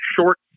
short